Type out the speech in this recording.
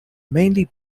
mainly